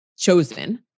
chosen